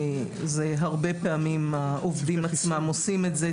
הרבה פעמים העובדים עצמם עושים את זה,